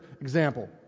example